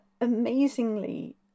amazingly